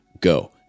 go